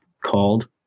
called